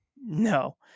no